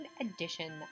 Edition